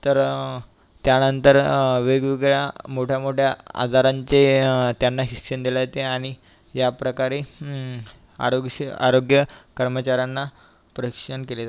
तर त्यानंतर वेगवेगळ्या मोठ्या मोठ्या आजारांचे त्यांना शिक्षण दिले जाते आणि याप्रकारे आरोगक्ष आरोग्य कर्मचाऱ्यांना प्रशिक्षण केले